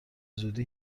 زودی